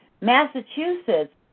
Massachusetts